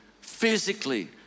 physically